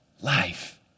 life